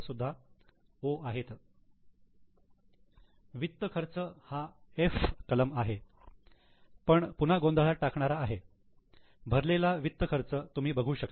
सुद्धा 'O' आहे वित्त खर्च हा 'F' कलम आहे पण पुन्हा गोंधळात टाकणारा आहे भरलेला वित्त खर्च तुम्ही बघू शकता